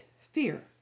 Fear